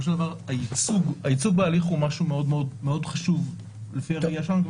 של דבר הייצוג בהליך הוא משהו מאוד מאוד חשוב לפי הראייה שלנו.